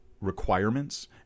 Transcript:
requirements